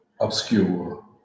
obscure